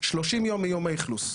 30 יום מיום האכלוס.